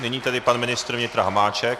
Nyní tedy pan ministr vnitra Hamáček.